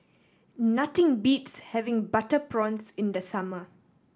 nothing beats having butter prawns in the summer